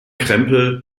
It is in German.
krempel